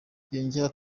yongeraho